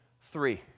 three